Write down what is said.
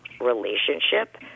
relationship